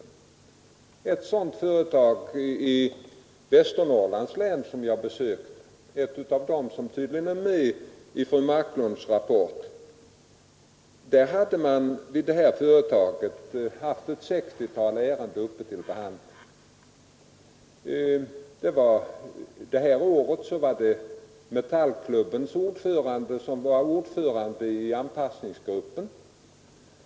Jag har besökt ett företag i Västernorrlands län, och det är tydligen ett av de företag som är med i fru Marklunds rapport. Vid detta företag hade man haft ett 60-tal ärenden uppe till behandling. Det här året var det metallklubbens ordförande, som ledde anpassningsgruppen.